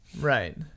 right